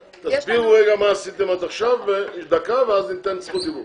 תסבירו מה עשיתם עד עכשיו, ואז ניתן זכות דיבור.